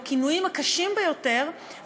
בכינויים הקשים ביותר,